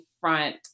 front